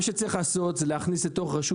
מה שצריך לעשות זה להכניס לתוך רשות